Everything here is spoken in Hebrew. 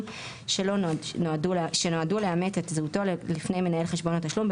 שלו שנועדו לאמת את זהותו לפני מנהל חשבון התשלום,